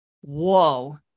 whoa